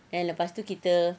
kan lepas tu kita